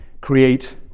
create